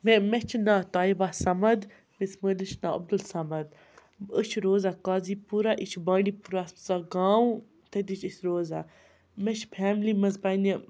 مےٚ مےٚ چھِ ناو طیبہ سمد میٛٲنِس مٲلِس چھِ ناو عبدل سمد أسۍ چھِ روزان قاضی پورہ یہِ چھِ بانڈی پورہَس منٛز اَکھ گام تٔتی چھِ أسۍ روزان مےٚ چھِ فیملی منٛز پنٛنہِ